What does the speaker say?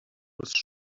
was